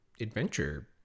adventure